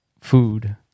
food